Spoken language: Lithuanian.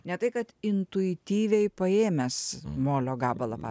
ne tai kad intuityviai paėmęs molio gabalą